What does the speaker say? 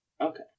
Okay